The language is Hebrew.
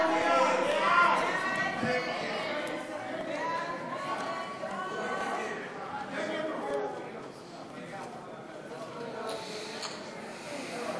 ההצעה להסיר מסדר-היום את הצעת חוק חובת המכרזים (תיקון,